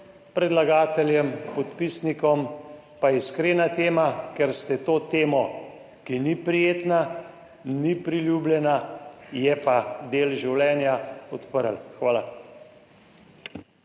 predlagateljem, podpisnikom pa iskrena hvala, ker ste to temo, ki ni prijetna, ni priljubljena, je pa del življenja, odprli. Hvala.